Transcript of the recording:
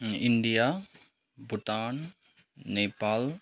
India Bhutan Nepal